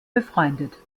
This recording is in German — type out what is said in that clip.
befreundet